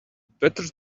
better